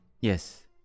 Yes